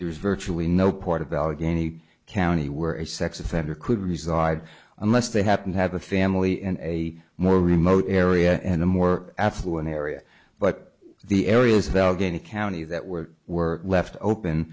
there is virtually no part of allegheny county where a sex offender could reside unless they happen to have a family in a more remote area and a more affluent area but the areas though again a county that were were left open